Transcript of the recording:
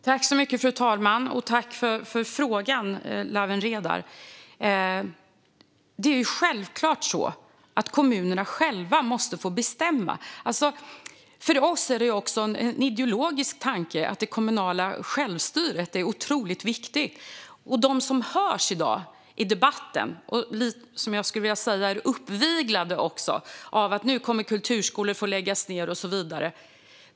Fru talman! Tack för frågan, Lawen Redar! Det är självklart att kommunerna själva måste få bestämma. För oss är det också en ideologisk tanke. Det kommunala självstyret är otroligt viktigt. De som i dag hörs i debatten är, skulle jag vilja säga, uppviglade av påståenden om att kulturskolor kommer att få läggas ned.